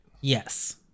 Yes